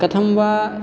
कथं वा